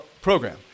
program